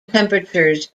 temperatures